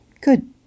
Good